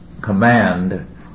command